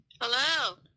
Hello